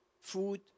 Food